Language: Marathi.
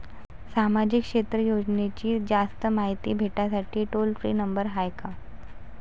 सामाजिक क्षेत्र योजनेची जास्त मायती भेटासाठी टोल फ्री नंबर हाय का?